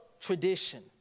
tradition